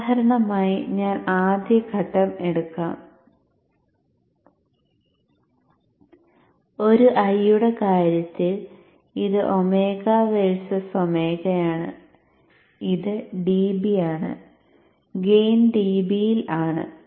ഉദാഹരണമായി ഞാൻ ആദ്യ ഘട്ടം എടുക്കാം ഒരു I യുടെ കാര്യത്തിൽ ഇത് ഒമേഗ വേർസ്സ് ഒമേഗയാണ് ഇത് dB ആണ് ഗെയിൻ dB യിൽ ആണ്